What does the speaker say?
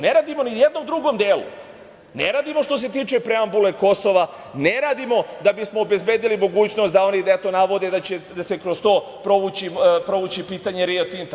Ne radimo ni o jednom drugom delu, ne radimo što se tiče preambule Kosova, ne radimo da bismo obezbedili mogućnost da oni, eto navode da će se kroz to provući pitanje „Rio Tinta“